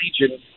region